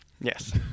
Yes